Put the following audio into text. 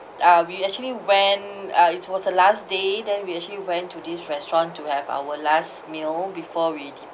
uh we actually went uh it was the last day then we actually went to this restaurant to have our last meal before we